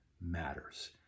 matters